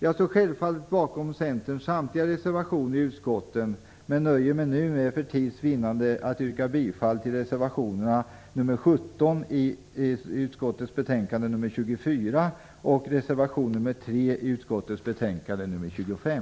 Jag står självfallet bakom Centerns samtliga reservationer i utskottet men nöjer mig nu för tids vinnande med att yrka bifall till reservationerna nr 17 i SoU24 och nr 3 i SoU25.